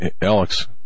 Alex